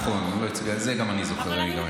נכון, את זה גם אני זוכר.